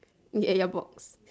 ya box